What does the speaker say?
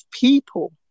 people